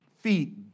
feet